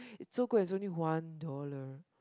it's so good and it's only one dollar